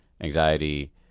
anxiety